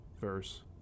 verse